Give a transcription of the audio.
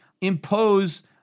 impose